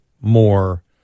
more